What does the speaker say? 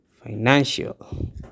financial